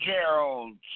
Gerald